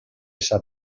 esa